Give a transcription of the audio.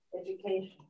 Education